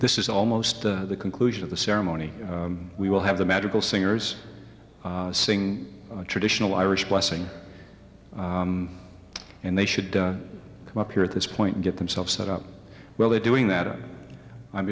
this is almost the conclusion of the ceremony we will have the magical singers sing a traditional irish blessing and they should come up here at this point and get themselves set up well they're doing that i'm